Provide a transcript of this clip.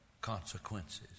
consequences